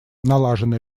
налажены